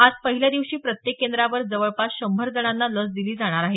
आज पहिल्या दिवशी प्रत्येक केंद्रावर जवळपास शंभर जणांना लस दिली जाणार आहे